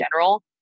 general